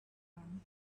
room